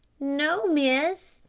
no, miss,